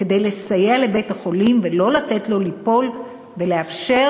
לסייע לבית-החולים ולא לתת לו ליפול ולאפשר